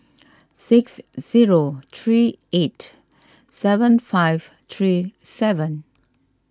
six zero three eight seven five three seven